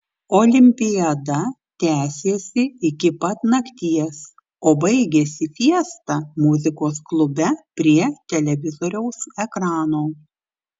olimpiada tęsėsi iki pat nakties o baigėsi fiesta muzikos klube prie televizoriaus ekrano